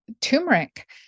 turmeric